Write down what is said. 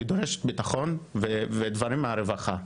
היא דורשת ביטחון ומענים מהרווחה.